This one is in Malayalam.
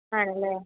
ആണല്ലേ